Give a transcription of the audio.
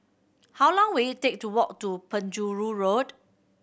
how long will it take to walk to Penjuru Road